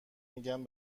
میگن